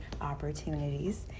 opportunities